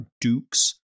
dukes